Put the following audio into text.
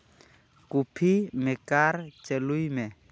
coffee maker ᱪᱟᱹᱞᱩᱭ ᱢᱮ